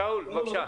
שאול, בבקשה.